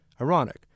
Ironic